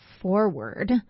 forward